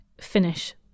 finish